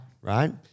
Right